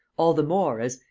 all the more as,